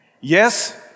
yes